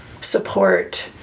support